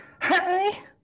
hi